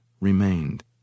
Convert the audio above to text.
remained